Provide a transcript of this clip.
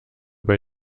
bei